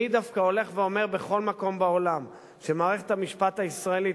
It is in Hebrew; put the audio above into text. אני דווקא הולך ואומר בכל מקום בעולם שמערכת המשפט הישראלית,